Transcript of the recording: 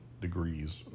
degrees